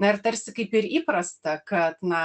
na ir tarsi kaip ir įprasta kad na